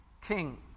king